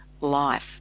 life